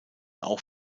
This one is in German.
auch